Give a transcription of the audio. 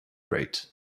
rate